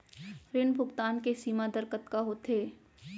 ऋण भुगतान के सीमा दर कतका होथे?